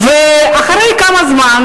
אחרי כמה זמן